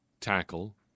tackle